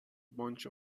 bunch